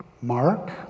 Mark